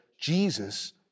Jesus